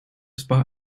spa